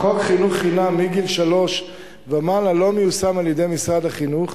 חוק חינוך חינם מגיל שלוש ומעלה לא מיושם על-ידי משרד החינוך,